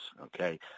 Okay